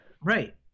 Right